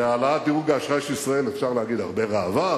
בהעלאת דירוג האשראי של ישראל אפשר להגיד: הרבה ראווה,